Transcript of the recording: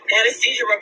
anesthesia